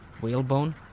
whalebone